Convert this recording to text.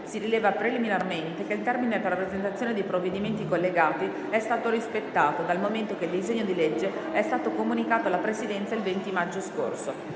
Si rileva preliminarmente che il termine per la presentazione dei provvedimenti collegati è stato rispettato, dal momento che il disegno di legge è stato comunicato alla Presidenza il 20 maggio scorso.